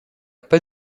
pas